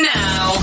now